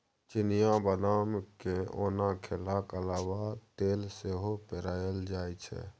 चिनियाँ बदाम केँ ओना खेलाक अलाबा तेल सेहो पेराएल जाइ छै